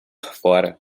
fora